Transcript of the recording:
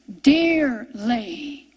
Dearly